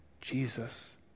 Jesus